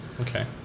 Okay